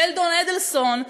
שלדון אדלסון,